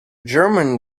german